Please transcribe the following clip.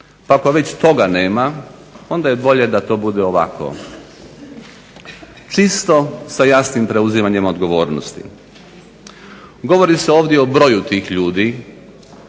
Pa ako već toga nema onda je bolje da to bude ovako čisto sa jasnim preuzimanjem odgovornosti. Govori se ovdje i o broju tih ljudi.